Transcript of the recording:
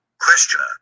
Questioner